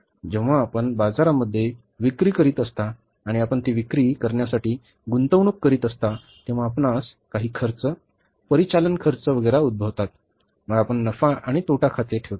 जेव्हा आपण बाजारामध्ये विक्री करीत असता आणि आपण ती विक्री करण्यासाठी गुंतवणूक करीत असता तेव्हा आपणास काही खर्च परिचालन खर्च वगैरा उद्भवतात मग आपण नफा आणि तोटा खाते ठेवता